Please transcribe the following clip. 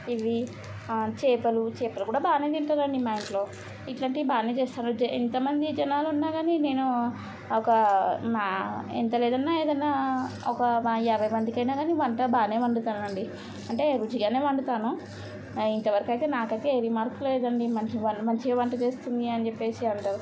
ఇవి చేపలు చేపలు కూడా బాగానే తింటారండి మా ఇంట్లో ఇట్లాంటి బాగానే చేస్తాను ఎంతమంది జనాలు ఉన్నా కానీ నేను ఒక మా ఎంత లేదన్న ఏదన్న ఒక యాభై మందికి అయిన కానీ వంట బాగా నే వండుతాను అండి అంటే రుచిగానే వండుతాను ఇంతవరకు అయితే నాకు అయితే ఏ రిమార్క్ లేదండి మంచి మంచిగా వంట చేస్తుంది అని చెప్పేసి అంటారు